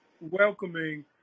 welcoming